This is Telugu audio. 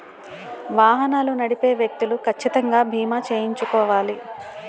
వాహనాలు నడిపే వ్యక్తులు కచ్చితంగా బీమా చేయించుకోవాలి